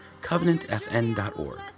covenantfn.org